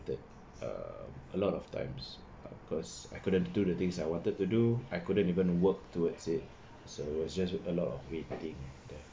uh a lot of times because I couldn't do the things I wanted to do I couldn't even work towards it so it was just a lot of waiting